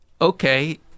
okay